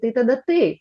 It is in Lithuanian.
tai tada tai